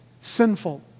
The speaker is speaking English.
sinful